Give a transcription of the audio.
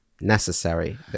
necessary